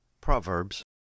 Proverbs